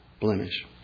blemish